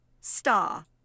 star